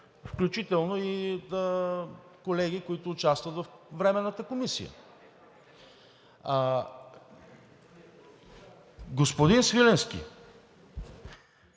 включително и колегите, които участват във Временната комисия. Господин Свиленски,